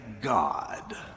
God